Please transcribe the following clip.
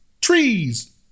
trees